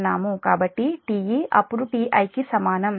కాబట్టి Te అప్పుడు Ti కి సమానం